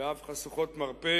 ואף חשוכות מרפא,